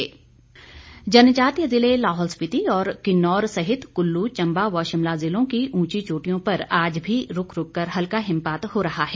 मौसम जनजातीय जिले लाहौल स्पीति और किन्नौर सहित कुल्लू चंबा व शिमला जिलों की ऊंची चोटियों पर आज भी रूक रूककर हल्का हिमपात हो रहा है